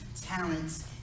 talents